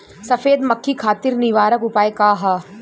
सफेद मक्खी खातिर निवारक उपाय का ह?